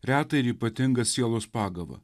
retą ir ypatingą sielos pagavą